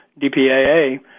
DPAA